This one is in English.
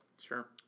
Sure